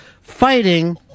fighting